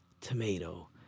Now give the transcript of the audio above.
tomato